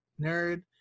Nerd